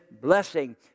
blessing